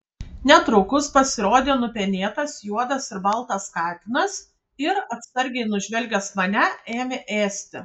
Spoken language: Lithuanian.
netrukus pasirodė nupenėtas juodas ir baltas katinas ir atsargiai nužvelgęs mane ėmė ėsti